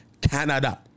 Canada